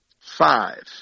five